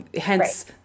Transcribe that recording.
Hence